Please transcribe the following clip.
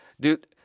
Dude